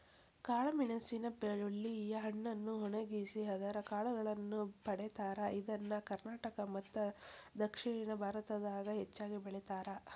ಕಾಳಮೆಣಸಿನ ಬಳ್ಳಿಯ ಹಣ್ಣನ್ನು ಒಣಗಿಸಿ ಅದರ ಕಾಳುಗಳನ್ನ ಪಡೇತಾರ, ಇದನ್ನ ಕರ್ನಾಟಕ ಮತ್ತದಕ್ಷಿಣ ಭಾರತದಾಗ ಹೆಚ್ಚಾಗಿ ಬೆಳೇತಾರ